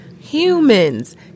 humans